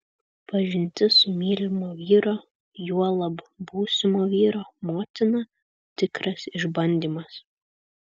pažintis su mylimo vyro juolab būsimo vyro motina tikras išbandymas